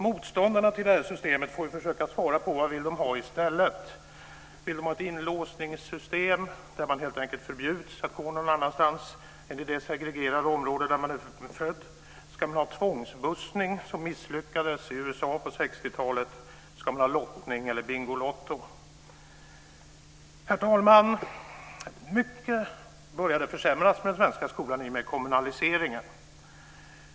Motståndarna till det här systemet får försöka svara på vad de vill ha i stället. Vill de ha ett inlåsningssystem där man helt enkelt förbjuds att gå någon annanstans än inom det segregerade område där man är född? Ska man ha tvångsbussning, något som misslyckades i USA på 60-talet? Ska man ha lottning eller Bingolotto? Herr talman! Mycket började försämras med den svenska skolan i och med kommunaliseringen.